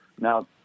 Now